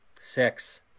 Six